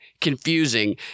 Confusing